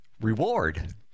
Reward